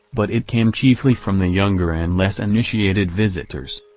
but it came chiefly from the younger and less initiated visitors.